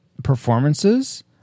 Performances